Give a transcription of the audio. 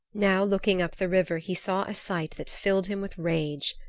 now looking up the river he saw a sight that filled him with rage.